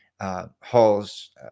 Hall's